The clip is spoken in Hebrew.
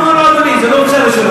לא לא לא, אדוני, זה לא הוצא לראשונה,